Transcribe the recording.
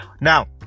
now